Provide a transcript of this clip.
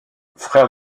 frère